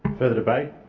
further debate?